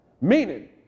Meaning